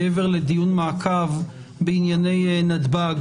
מעבר לדיון מעקב בענייני נתב"ג,